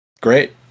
Great